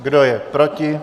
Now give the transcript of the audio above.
Kdo je proti?